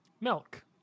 Milk